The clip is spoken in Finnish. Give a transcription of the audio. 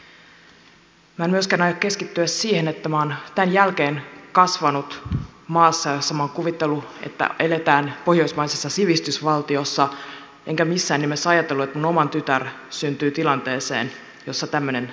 minä en myöskään aio keskittyä siihen että minä olen tämän jälkeen kasvanut maassa josta minä olen kuvitellut että siellä eletään pohjoismaisessa sivistysvaltiossa enkä missään nimessä ajatellut että minun oma tyttäreni syntyy tilanteeseen jossa tämmöinen asia toistuu